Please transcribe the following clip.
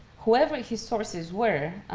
whoever his sources were,